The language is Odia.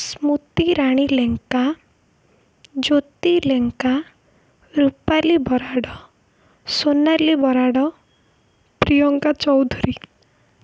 ସ୍ମୃତି ରାଣୀ ଲେଙ୍କା ଜ୍ୟୋତି ଲେଙ୍କା ରୂପାଲି ବରାଡ଼ ସୋନାଲି ବରାଡ଼ ପ୍ରିୟଙ୍କା ଚୌଧରୀ